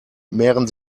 mehren